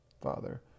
Father